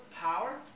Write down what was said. power